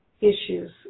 issues